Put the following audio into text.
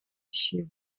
she